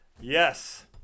Yes